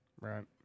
Right